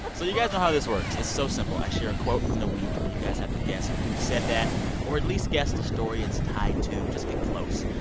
so you guys know how this works. it's so simple. i share a quote from the week. you guys have to guess who said that or at least guess the story it's tied to just get close.